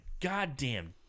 goddamn